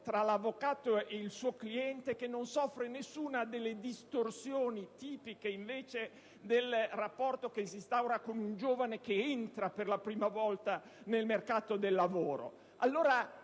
tra l'avvocato e il suo cliente, che non soffre di nessuna delle distorsioni che sono invece tipiche nel rapporto che si instaura con un giovane che entra per la prima volta nel mercato del lavoro.